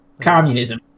communism